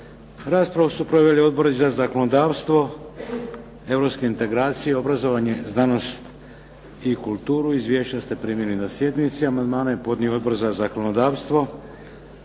Raspravu su proveli odbori za zakonodavstvo, europske integracije, obrazovanje, znanost i kulturu. Izvješća ste primili na sjednici. Amandmane je podnio Odbor za zakonodavstvo.